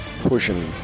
pushing